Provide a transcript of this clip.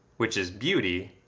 which is beauty,